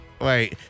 Wait